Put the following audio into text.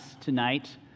tonight